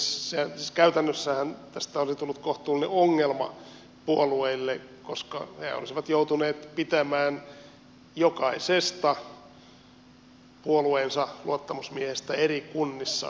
nimittäin käytännössähän tästä olisi tullut kohtuullinen ongelma puolueille koska nehän olisivat joutuneet pitämään jokaisesta puolueensa luottamusmiehestä eri kunnissa rekisteriä